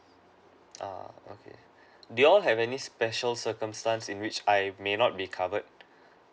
oo okay do you all have any special circumstance in which I may not be covered